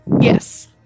Yes